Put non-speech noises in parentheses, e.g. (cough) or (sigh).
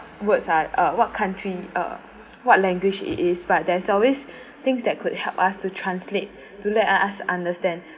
words are uh what country uh (breath) what language it is but there's always (breath) things that could help us to translate (breath) to let us understand